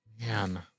Man